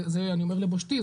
אני אומר לבושתי,